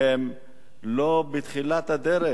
שהם לא בתחילת הדרך,